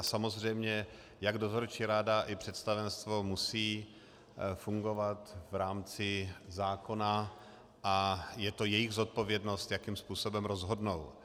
Samozřejmě jak dozorčí rada, tak představenstvo musí fungovat v rámci zákona a je to jejich zodpovědnost, jakým způsobem rozhodnou.